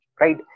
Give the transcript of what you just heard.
right